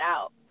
out